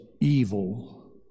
evil